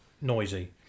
noisy